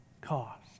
cost